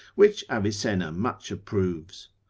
which avicenna much approves.